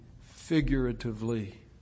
figuratively